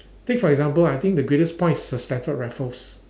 think for example I think the greatest point is Sir Stamford-Raffles